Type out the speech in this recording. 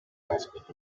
ask